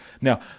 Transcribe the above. Now